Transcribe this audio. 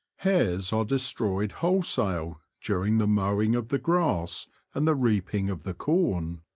hares are destroyed wholesale during the mowing of the grass and the reaping of the corn.